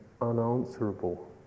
unanswerable